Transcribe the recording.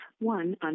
one